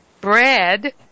bread